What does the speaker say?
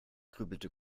grübelte